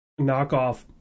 knockoff